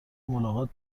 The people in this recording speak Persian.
ملاقات